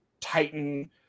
Titan